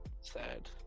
sad